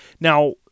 Now